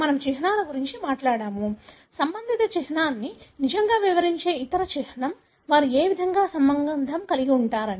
మేము చిహ్నాల గురించి మాట్లాడాము సంబంధిత చిహ్నాన్ని నిజంగా వివరించే ఇతర చిహ్నం వారు ఏ విధంగా సంబంధం కలిగి ఉంటారు